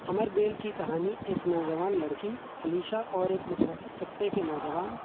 امر بیل کی کہانی ایک نوجوان لڑکی علیشہ اور ایک متوسط طبقے کے نوجوان